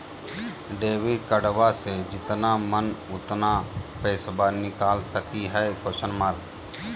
Debit कार्डबा से जितना मन उतना पेसबा निकाल सकी हय?